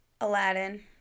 Aladdin